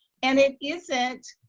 and it isn't,